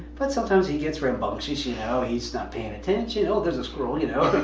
but sometimes he gets rambunctious you know, he's not paying attention, oh there's a squirrel. you know,